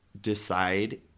decide